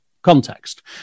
context